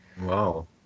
Wow